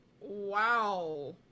Wow